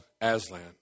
Aslan